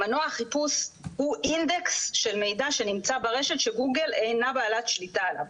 מנוע חיפוש הוא אינדקס של מידע שנמצא ברשת שגוגל אינה בעלת שליטה עליו,